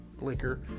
liquor